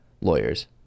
lawyers